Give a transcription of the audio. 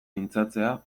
mintzatzea